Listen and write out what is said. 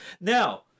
Now